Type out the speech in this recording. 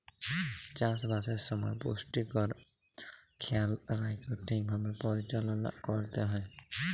চাষবাসের সময় পুষ্টির খেয়াল রাইখ্যে ঠিকভাবে পরিচাললা ক্যইরতে হ্যয়